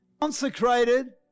consecrated